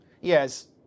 yes